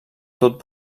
tot